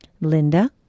linda